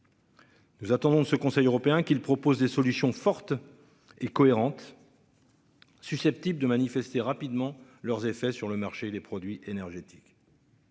Nous attendons de ce Conseil européen qu'il propose des solutions forte et cohérente. Susceptibles de manifester rapidement leurs effets sur le marché des produits énergétiques.